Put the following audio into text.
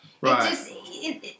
Right